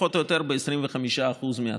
פחות או יותר ב-25% מהתקן.